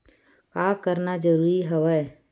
का करना जरूरी हवय?